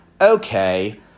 okay